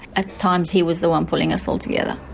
at times he was the one pulling us all together.